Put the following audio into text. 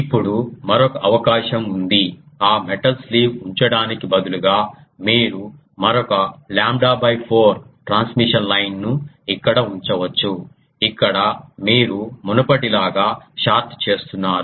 ఇప్పుడు మరొక అవకాశం ఉంది ఆ మెటల్ స్లీవ్ ఉంచడానికి బదులుగా మీరు మరొక లాంబ్డా 4 ట్రాన్స్మిషన్ లైన్ను ఇక్కడ ఉంచవచ్చు ఇక్కడ మీరు మునుపటిలాగా షార్ట్ చేస్తున్నారు